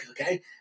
okay